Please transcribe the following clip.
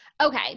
Okay